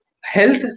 health